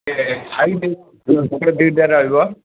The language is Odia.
ଦୁଇ ଟା ରହିବ